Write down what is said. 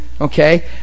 Okay